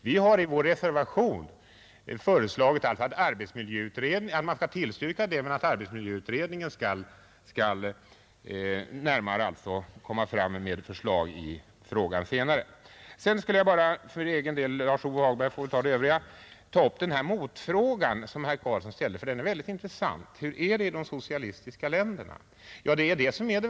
Vi har i vår reservation föreslagit att man skall tillstyrka detta men att arbetsmiljöutredningen skall framlägga närmare förslag i frågan senare, Sedan vill jag bara för egen del — Lars-Ove Hagberg får väl ta det övriga — ta upp den motfråga som herr Karlsson i Huskvarna ställde och som är mycket intressant: Hur är det i de socialistiska länderna?